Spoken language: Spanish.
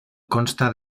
consta